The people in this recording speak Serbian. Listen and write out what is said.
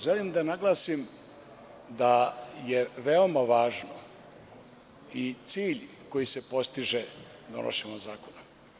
Želim da naglasim da je veoma važno i cilj koji se postiže donošenjem ovog zakona.